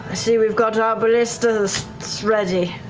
see we've got our ballistas ready.